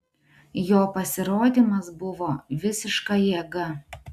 jo pasirodymas buvo visiška jėga